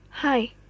Hi